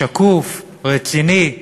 שקוף, רציני,